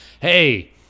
Hey